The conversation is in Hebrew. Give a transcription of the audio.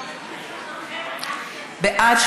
את